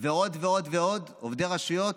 ועוד ועוד ועוד עובדי רשויות,